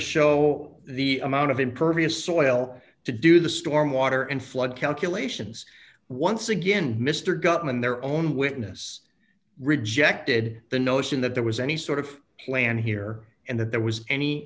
show the amount of impervious soil to do the storm water and flood calculations once again mr gutman their own witness rejected the notion that there was any sort of plan here and that there was any